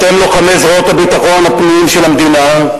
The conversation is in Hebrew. אתם, לוחמי זרועות ביטחון הפנים של המדינה,